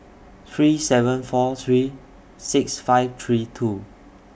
three seven four three six five three two